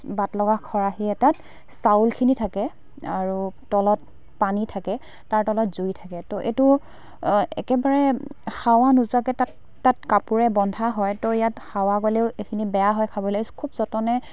বাট লগা খৰাহি এটাত চাউলখিনি থাকে আৰু তলত পানী থাকে তাৰ তলত জুই থাকে তো এইটো একেবাৰে হাৱা নোযোৱাকৈ তাত তাত কাপোৰে বন্ধা হয় তো ইয়াত হাৱা গ'লেও এইখিনি বেয়া হয় খাবলৈ খুব যতনে